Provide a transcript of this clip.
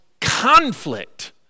conflict